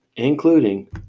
Including